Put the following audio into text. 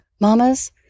Mamas